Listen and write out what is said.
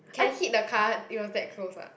can hit the car it was that close ah